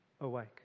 awake